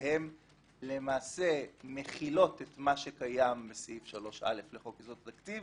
שהן למעשה מכילות את מה שקיים בסעיף 3א לחוק יסודות התקציב.